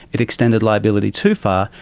it extended liability too far,